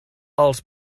els